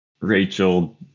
Rachel